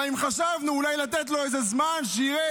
גם אם חשבנו אולי לתת לו איזה זמן שיהיה,